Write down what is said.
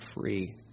free